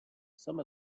some